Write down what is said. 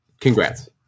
Congrats